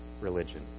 religion